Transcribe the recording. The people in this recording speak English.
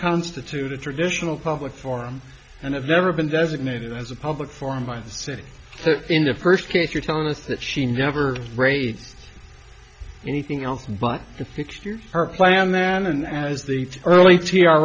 constitute a traditional public forum and have never been designated as a public forum by the city in the first case you're telling us that she never raised anything else but fixed you her plan then and as the early t r